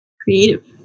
creative